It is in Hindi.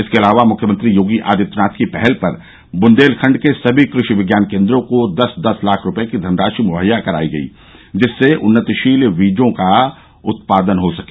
इसके अलावा मुख्यमंत्री योगी आदित्यनाथ की पहल पर बुन्देलखंड के सभी कृषि विज्ञान केन्द्रों को दस दस लाख रूपये की धनराशि मुहैया कराई गई है जिससे उन्नतिशील बीजों का उत्पादन हो सके